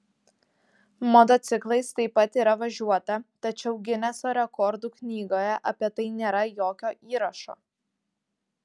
motociklais taip pat yra važiuota tačiau gineso rekordų knygoje apie tai nėra jokio įrašo